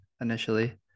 initially